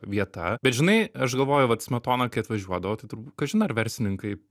vieta bet žinai aš galvoju vat smetona kai atvažiuodavo tai turbūt kažin ar verslininkai